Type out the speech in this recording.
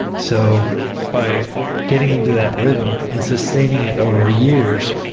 so by getting into that rhythm and sustaining it over years,